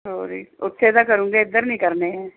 sorry ਉੱਥੇ ਤਾਂ ਕਰੂਗੇ ਇੱਧਰ ਨਹੀਂ ਕਰਨੇ ਹੈ